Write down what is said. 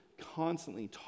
constantly